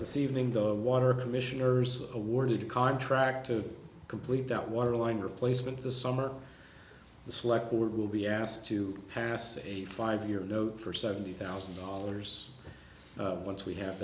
this evening though of water commissioners awarded a contract to complete that water line replacement the summer the slack or will be asked to pass a five year note for seventy thousand dollars once we have